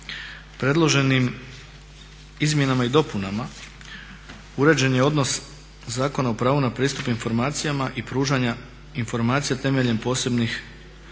Predloženim izmjenama i dopunama uređen je odnos Zakona o pravu na pristup informacijama i pružanja informacija temeljem posebnih